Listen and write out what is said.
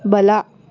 ಬಲ